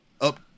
up